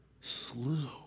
slew